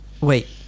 Wait